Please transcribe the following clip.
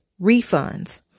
refunds